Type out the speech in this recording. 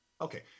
Okay